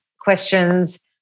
questions